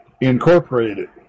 incorporated